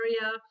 area